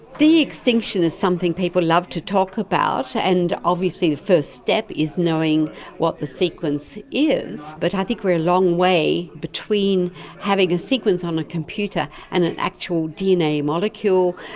de-extinction is something people love to talk about, and obviously the first step is knowing what the sequence is. but i think we are a long way between having a sequence on a computer and an actual dna molecule,